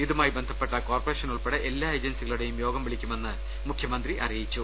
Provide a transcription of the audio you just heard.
ഇതുമായി ബന്ധപ്പെട്ട corporation ഉൾപ്പെടെ എല്ലാ ഏജൻസികളുടെയും യോഗം വിളി ക്കുമെന്ന് മുഖ്യമന്ത്രി അറിയിച്ചു